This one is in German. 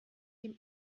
dem